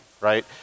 right